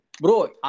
Bro